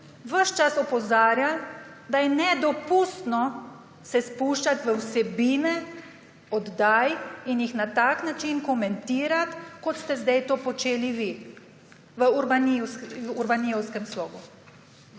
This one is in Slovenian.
čas opozarjali, da se je nedopustno spuščati v vsebine oddaj in jih na tak način komentirati, kot ste zdaj to počeli vi v urbanijevskem slogu.